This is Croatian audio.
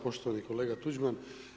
Poštovani kolega Tuđman.